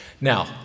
Now